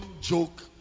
joke